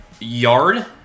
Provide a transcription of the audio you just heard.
yard